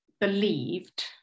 believed